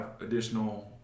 additional